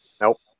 Nope